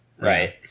Right